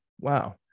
wow